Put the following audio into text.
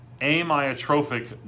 amyotrophic